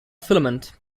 filament